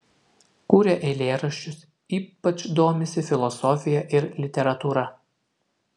kuria eilėraščius ypač domisi filosofija ir literatūra